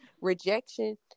rejection